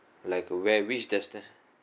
like a where which destined